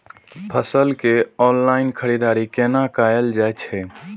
फसल के ऑनलाइन खरीददारी केना कायल जाय छै?